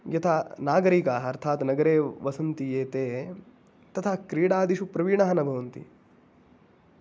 यथा नागरीकाः अर्थात् नगरे वसन्ति ये ते तथा क्रीडादिषु प्रवीणाः न भवन्ति